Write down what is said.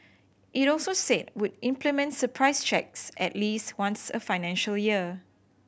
it also said would implement surprise checks at least once a financial year